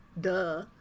Duh